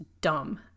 dumb